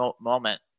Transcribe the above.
moment